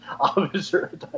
officer